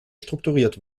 strukturiert